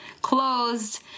closed